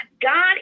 God